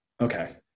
Okay